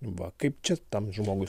va kaip čia tam žmogui